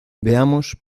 veamos